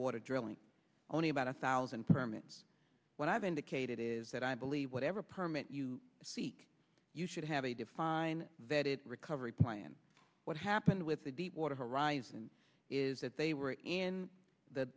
water drilling only about a thousand permits what i've indicated is that i believe whatever permit you seek you should have a define that it recovery plan what happened with the deepwater horizon is that they were in the